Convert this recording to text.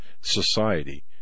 society